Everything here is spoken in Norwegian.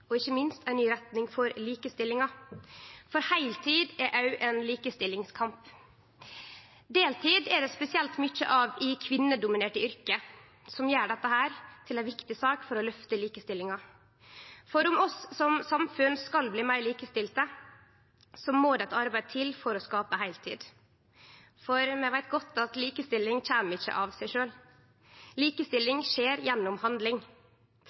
og ikkje minst ei ny retning for likestillinga, for heiltid er òg ein likestillingskamp. Deltid er det spesielt mykje av i kvinnedominerte yrke, noko som gjer dette til ei viktig sak for å løfte likestillinga. Om vi som samfunn skal bli meir likestilte, må det eit arbeid til for å skape heiltid, for vi veit godt at likestilling ikkje kjem av seg sjølv, likestilling skjer gjennom handling.